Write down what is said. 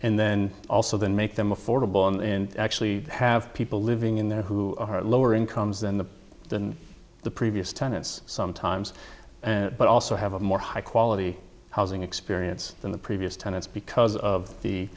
and then also then make them affordable in actually have people living in there who are lower incomes than the than the previous tenants sometimes but also have a more high quality housing experience than the previous tenants because of the